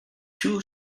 two